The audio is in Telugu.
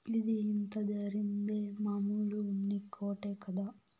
ఇది ఇంత ధరేంది, మామూలు ఉన్ని కోటే కదా